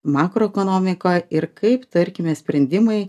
makroekonomika ir kaip tarkime sprendimai